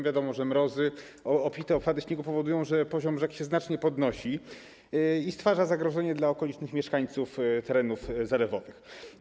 Wiadomo, że mrozy, obfite opady śniegu powodują, iż poziom rzek znacznie się podnosi i stwarza zagrożenie dla okolicznych mieszkańców terenów zalewowych.